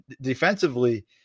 defensively